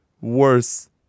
worse